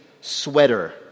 sweater